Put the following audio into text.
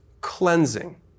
cleansing